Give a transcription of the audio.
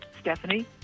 Stephanie